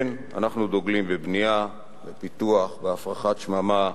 כן, אנחנו דוגלים בבנייה, בפיתוח, בהפרחת שממה,